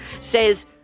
says